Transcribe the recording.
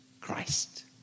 Christ